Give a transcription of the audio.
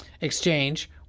exchange